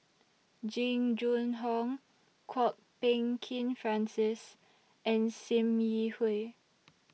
Jing Jun Hong Kwok Peng Kin Francis and SIM Yi Hui